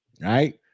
right